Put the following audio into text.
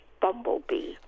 bumblebee